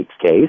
case